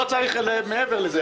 לא צריך מעבר לזה.